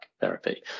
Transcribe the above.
therapy